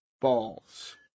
Balls